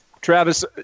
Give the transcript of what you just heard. Travis